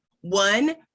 one